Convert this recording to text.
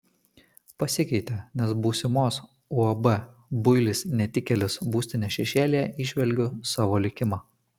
pasikeitė nes būsimos uab builis netikėlis būstinės šešėlyje įžvelgiu savo likimą